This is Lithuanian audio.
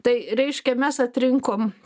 tai reiškia mes atrinkom